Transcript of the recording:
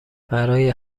برای